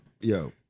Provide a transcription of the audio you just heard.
Yo